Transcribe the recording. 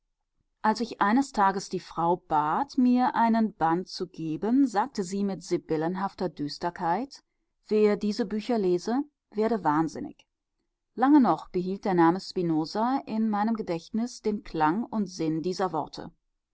als ich eines tages die frau bat mir einen band zu geben sagte sie mit sibyllenhafter düsterkeit wer diese bücher lese werde wahnsinnig lange noch behielt der name spinoza in meinem gedächtnis den klang und sinn dieser worte